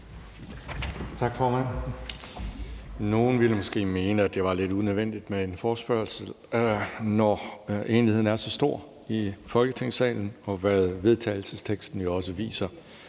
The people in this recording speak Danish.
Nogle ville måske mene, at det var lidt unødvendigt med en forespørgselsdebat, når enigheden er så stor i Folketingssalen, hvad forslaget til vedtagelse jo også viser.